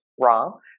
wrong